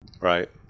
Right